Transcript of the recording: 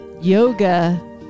yoga